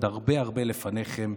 עוד הרבה הרבה לפניכם.